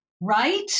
right